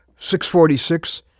6.46